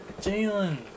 Jalen